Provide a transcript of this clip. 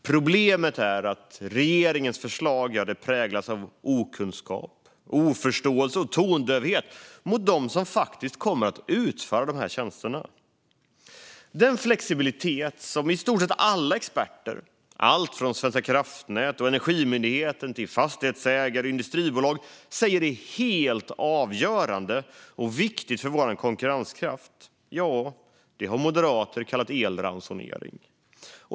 Problemet är att regeringens förslag präglas av okunskap, oförståelse och tondövhet mot dem som faktiskt kommer att utföra dessa tjänster. Den flexibilitet som i stort sett alla experter, alltifrån Svenska kraftnät och Energimyndigheten till fastighetsägare och industribolag, säger är helt avgörande och viktig för vår konkurrenskraft - den har moderater kallat elransonering.